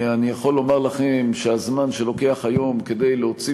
אני יכול לומר לכם שהזמן שלוקח היום להוציא